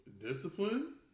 Discipline